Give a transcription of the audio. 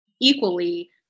equally